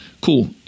Cool